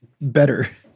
better